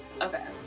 okay